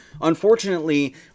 Unfortunately